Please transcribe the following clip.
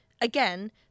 again